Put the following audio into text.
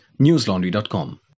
newslaundry.com